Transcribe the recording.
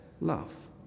love